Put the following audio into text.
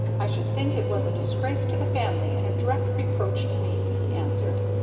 i should think it was a disgrace to the family, and a direct reproach to me, he answered.